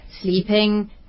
sleeping